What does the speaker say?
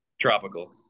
Tropical